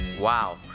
Wow